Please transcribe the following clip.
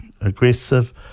aggressive